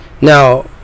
Now